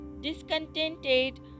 discontented